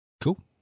Cool